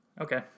okay